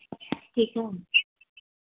ठीक है